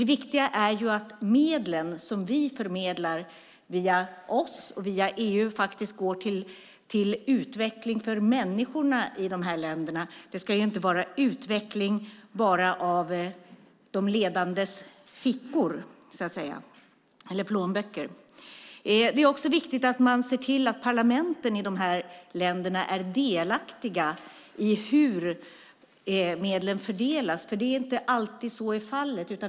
Det viktiga är att de medel som vi förmedlar, via oss och via EU, går till utveckling för människorna i dessa länder. Det ska inte vara utveckling bara för de ledande och deras plånböcker. Det är också viktigt att se till att parlamenten i dessa länder är delaktiga i hur medlen fördelas, för så är inte alltid fallet.